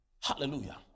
Hallelujah